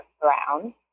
Brown